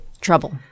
trouble